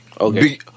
Okay